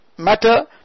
matter